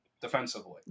defensively